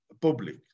public